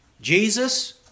Jesus